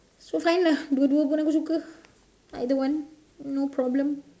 so fine lah dua dua pun aku suka either one no problem